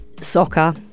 soccer